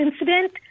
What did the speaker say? incident –